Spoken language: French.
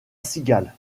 cigale